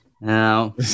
Now